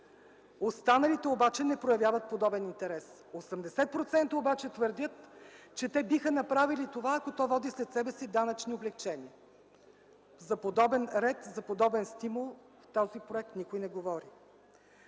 останалите обаче не проявяват подобен интерес. Осемдесет процента обаче твърдят, че те биха направили това, ако то води след себе си данъчни облекчения – за подобен ред, за подобен стимул в този проект никой не говори.